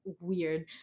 weird